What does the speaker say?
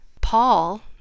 Paul